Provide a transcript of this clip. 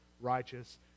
righteous